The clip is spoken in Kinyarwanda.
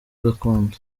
gakondo